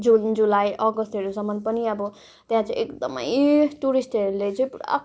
जुन जुलाई अगस्तहरूसम्म पनि अब त्यहाँ चाहिँ एकदमै टुरिस्टहरूले चाहिँ पुरा